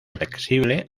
flexible